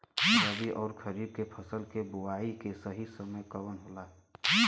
रबी अउर खरीफ के फसल के बोआई के सही समय कवन होला?